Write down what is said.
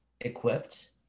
equipped